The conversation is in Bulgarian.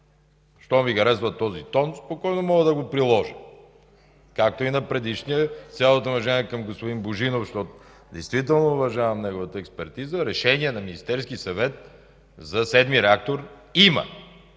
Щом Ви харесва този тон, спокойно мога да го приложа. Както и на предишния – с цялото ми уважение към господин Божинов, защото действително уважавам неговата експертиза – решение на Министерския съвет за VII реактор има